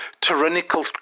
tyrannical